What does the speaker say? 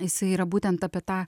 jisai yra būtent apie tą